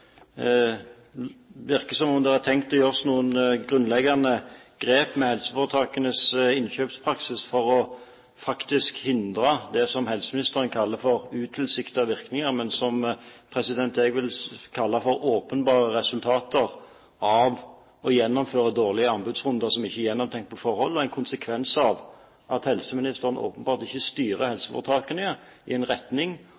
helseministeren kaller for «utilsiktede virkninger», men som jeg vil kalle åpenbare resultater av å gjennomføre dårlige anbudsrunder som ikke er gjennomtenkt på forhånd, og en konsekvens av at helseministeren åpenbart ikke styrer